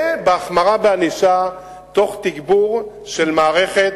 וכן החמרה בענישה תוך תגבור של מערכת